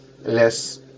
less